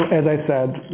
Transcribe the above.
as i said,